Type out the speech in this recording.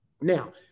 Now